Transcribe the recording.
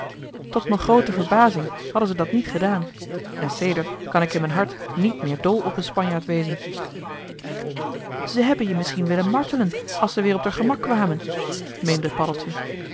tot m'n groote verbazing hebben ze dat niet gedaan en sedert kan ik in m'n hart niet meer dol op een spanjaard wezen ze hebben je misschien willen martelen als ze weer op d'r gemak kwamen meende paddeltje